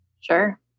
Sure